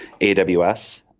AWS